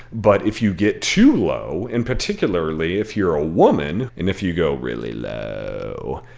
but if you get too low, and particularly if you're a woman and if you go really low,